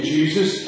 Jesus